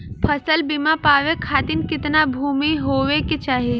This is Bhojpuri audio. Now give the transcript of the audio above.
फ़सल बीमा पावे खाती कितना भूमि होवे के चाही?